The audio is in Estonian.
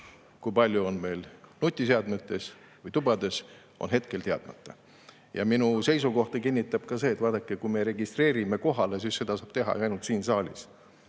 kui palju on meil nutiseadmetes või tubades, on hetkel teadmata. Ja minu seisukohta kinnitab ka see, et vaadake, kui me registreerime ennast kohalolijaks, siis seda saabki ju teha ainult siin saalis.